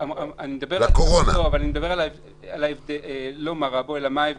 אני לא אומר מה רע בו, אלא אציין את ההבדלים.